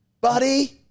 Buddy